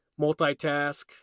multitask